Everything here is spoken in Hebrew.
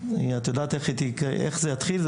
את יודעת איך זה יתחיל,